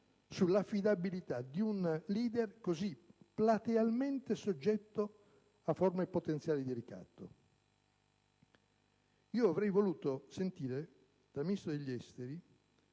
sull'affidabilità di un leader così platealmente soggetto a forme potenziali di ricatto. Avrei voluto sentire il Ministro degli esteri